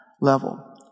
level